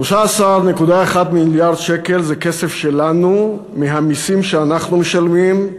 13.1 מיליארד שקל זה כסף שלנו מהמסים שאנחנו משלמים,